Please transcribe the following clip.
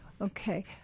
Okay